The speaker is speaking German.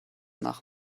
nach